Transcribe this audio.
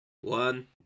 One